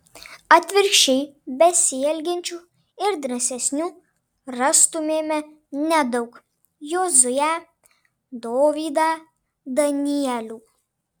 atvirkščiai besielgiančių ir drąsesnių rastumėme nedaug jozuę dovydą danielių